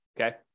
Okay